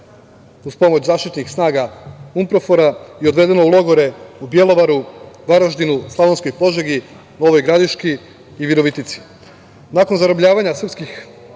uz pomoć zaštitnih snaga UNPROFOR-a i odvedeno u logore u Bjelovaru, Varaždinu, Slavonskoj Požegi, Novoj Gradiški i Virovitici. Nakon zarobljavanja srpskih